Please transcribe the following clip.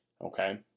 okay